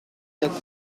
quatre